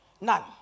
none